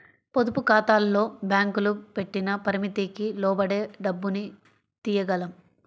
పొదుపుఖాతాల్లో బ్యేంకులు పెట్టిన పరిమితికి లోబడే డబ్బుని తియ్యగలం